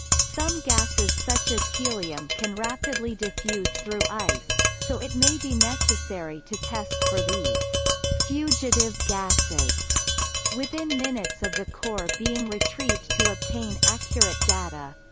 some gases such as helium can rapidly diffuse through ice, so it may be necessary to test for these fugitive gases within minutes of the core being retrieved to obtain accurate data.